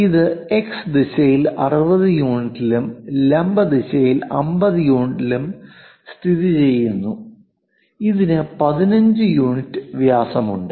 ഇത് എക്സ് ദിശയിൽ 60 യൂണിറ്റിലും ലംബ ദിശയിൽ 50 യൂണിറ്റിലും സ്ഥിതിചെയ്യുന്നു ഇതിന് 15 യൂണിറ്റ് വ്യാസമുണ്ട്